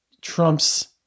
trumps